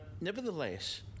nevertheless